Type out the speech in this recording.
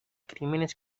crímenes